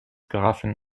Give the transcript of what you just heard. grafen